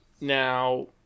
Now